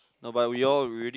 but we all read it